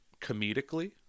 comedically